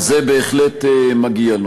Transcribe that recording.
זה בהחלט מגיע לו.